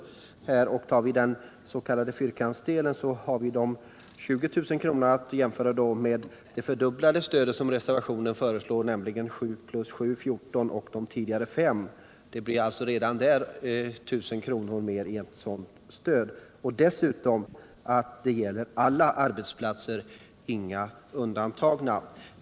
Och tar vi den s.k. fyrkantsdelen har vi 20 000 kr., att jämföra med det fördubblade stöd som föreslås i reservationen 2, nämligen 7 000 + 7 000 = 14 000 och de tidigare 5 000 kr. Det blir alltså redan där 1000 kr. mer i stöd. Dessutom gäller det alla arbetsplatser, inga undantagna.